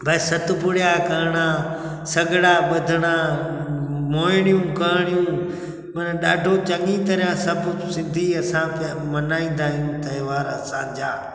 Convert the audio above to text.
भाई सतपुड़िया करिणा सॻिड़ा बधिणा मुहिड़ियूं करणियूं माना ॾाढो चङी तरह सभु सिंधी असां पिया मल्हाईंदा आहियूं त्योहार असांजा